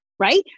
right